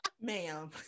Ma'am